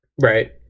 right